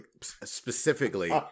specifically